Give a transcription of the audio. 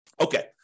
Okay